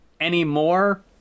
anymore